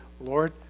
Lord